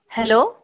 hello